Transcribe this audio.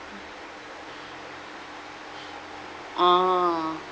ah